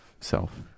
self